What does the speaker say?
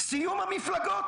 סיום המפלגות.